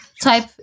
type